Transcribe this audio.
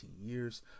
years